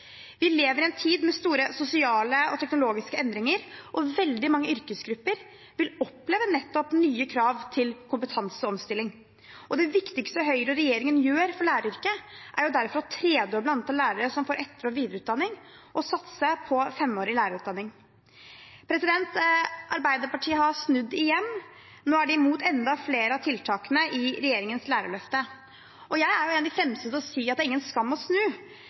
Vi lever i en tid med store sosiale og teknologiske endringer, og veldig mange yrkesgrupper vil oppleve nye krav til kompetanse og omstilling. Det viktigste Høyre og regjeringen gjør for læreryrket, er derfor å tredoble antallet lærere som får etter- og videreutdanning, og satse på femårig lærerutdanning. Arbeiderpartiet har snudd igjen. Nå er de imot enda flere av tiltakene i regjeringens lærerløfte. Jeg er en av de fremste til å si at det er ingen skam å snu,